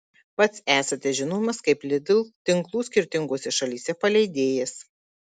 pats esate žinomas kaip lidl tinklų skirtingose šalyse paleidėjas